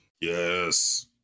Yes